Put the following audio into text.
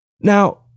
Now